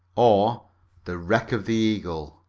or the wreck of the eagle